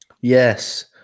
yes